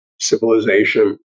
civilization